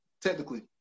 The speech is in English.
technically